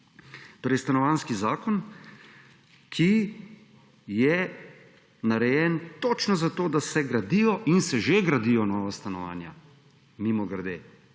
Torej, Stanovanjski zakon, ki je narejen točno za to, da se gradijo in se že gradijo nova stanovanja – mimogrede,